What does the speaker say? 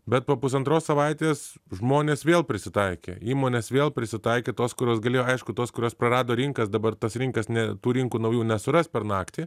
bet po pusantros savaitės žmonės vėl prisitaikė įmonės vėl prisitaikė tos kurios galėjo aišku tos kurios prarado rinkas dabar tas rinkas ne tų rinkų naujų nesuras per naktį